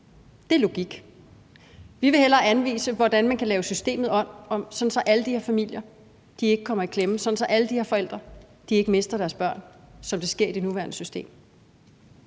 Det er logik. Vi vil hellere anvise, hvordan man kan lave systemet om, sådan at alle de her familier ikke kommer i klemme, sådan at alle de her forældre ikke mister deres børn, som det sker i det nuværende system.